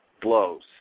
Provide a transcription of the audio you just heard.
blows